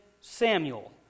Samuel